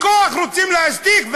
בכוח רוצים להשתיק?